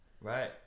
right